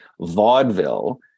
vaudeville